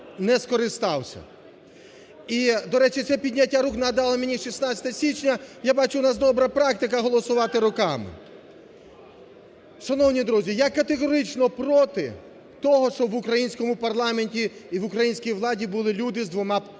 не скористався. І, до речі, це підняття рук нагадало мені 16 січня. Я бачу, у нас добра практика голосувати руками. Шановні друзі, я категорично проти того, щоб в українському парламенті і в українські владі були люди з двома